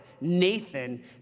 Nathan